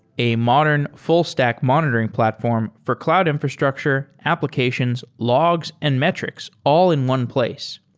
a modern, full-stack monitoring platform for cloud infrastructure, applications, logs and metrics all in one place.